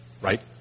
right